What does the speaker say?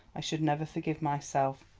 i should never forgive myself.